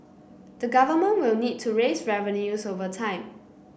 the Government will need to raise revenues over time